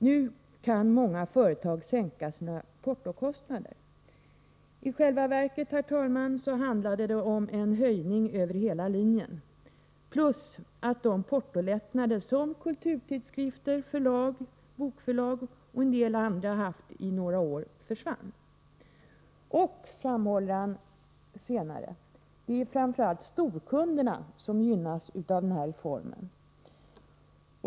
”Nu kan många företag sänka sina portokostnader.” I själva verket handlar det om en höjning över hela linjen, plus att de portolättnader som kulturtidskrifter, bokförlag och en del andra haft i några år försvinner.” Litet längre fram framhåller han att det framför allt ”är storkunderna som gynnas av denna "reform" ——-”.